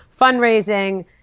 fundraising